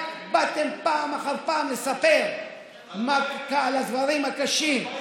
רק באתם פעם אחר פעם לספר על הדברים הקשים.